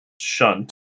Shunt